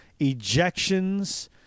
ejections